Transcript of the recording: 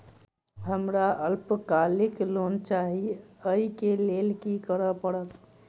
हमरा अल्पकालिक लोन चाहि अई केँ लेल की करऽ पड़त?